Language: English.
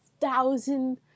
thousand